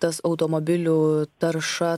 tas automobilių tarša